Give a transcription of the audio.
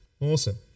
Awesome